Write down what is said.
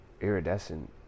iridescent